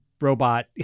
robot